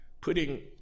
putting